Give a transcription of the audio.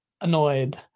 annoyed